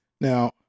Now